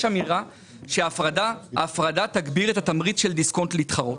יש אמירה שההפרדה תגביר את התמריץ של דיסקונט להתחרות.